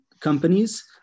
companies